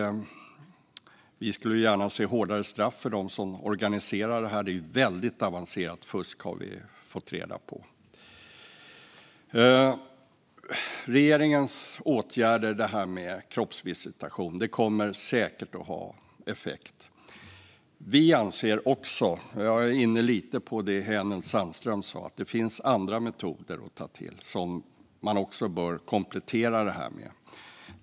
Vi skulle gärna se hårdare straff för dem som organiserar detta. Vi har fått reda på att det är väldigt avancerat fusk. Regeringens åtgärder - detta med kroppsvisitation - kommer säkert att ha effekt. Jag är lite inne på det som Hänel Sandström sa - att det finns andra metoder att ta till som man bör komplettera med.